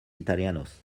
italianos